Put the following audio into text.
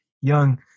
young –